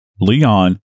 Leon